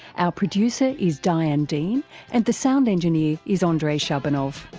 our producer is diane dean and the sound engineer is andrei shabunov.